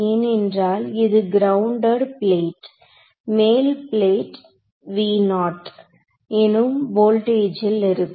ஏனென்றால் அது ground plate மேல் பிளேட் எனும் வோல்டேஜில் இருக்கும்